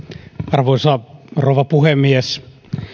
arvoisa rouva puhemies